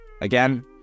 again